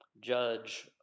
judge